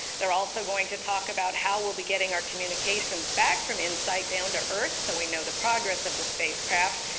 they're also going to talk about how we'll be getting our communications back from insight down to earth so we know the progress of the spacecraft,